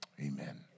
Amen